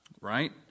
Right